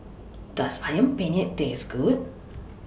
Does Ayam Penyet Taste Good